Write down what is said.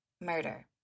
murder